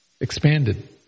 expanded